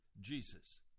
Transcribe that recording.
Jesus